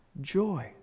joy